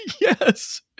Yes